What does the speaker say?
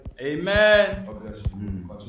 Amen